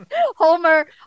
Homer